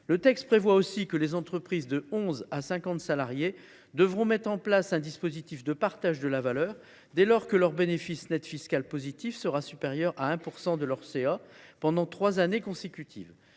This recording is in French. de ce projet de loi, les entreprises de 11 à 50 salariés devront mettre en œuvre un dispositif de partage de la valeur dès lors que leur bénéfice net fiscal positif sera supérieur à 1 % de leur chiffre d’affaires pendant trois années consécutives.